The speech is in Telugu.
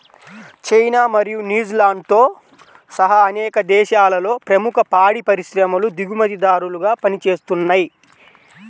చైనా మరియు న్యూజిలాండ్తో సహా అనేక దేశాలలో ప్రముఖ పాడి పరిశ్రమలు దిగుమతిదారులుగా పనిచేస్తున్నయ్